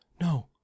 No